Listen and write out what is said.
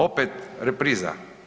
Opet repriza.